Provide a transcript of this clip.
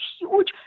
huge